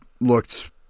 looked